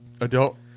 adult